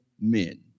men